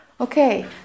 okay